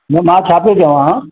न मां छा पियो चवां